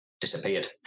disappeared